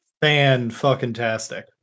Fan-fucking-tastic